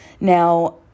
Now